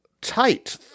tight